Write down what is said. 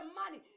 money